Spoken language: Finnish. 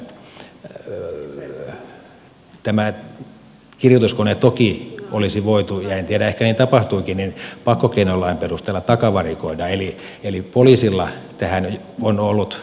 tämä kirjoituskone toki olisi voitu ja en tiedä ehkä niin tapahtuikin pakkokeinolain perusteella takavarikoida eli poliisilla tähän on ollut eväät